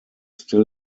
still